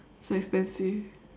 so expensive